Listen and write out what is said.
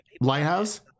Lighthouse